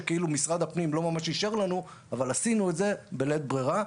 שמשרד הפנים לא ממש אישר לנו עשינו את זה בלית ברירה.